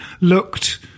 looked